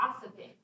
gossiping